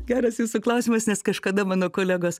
geras jūsų klausimas nes kažkada mano kolegos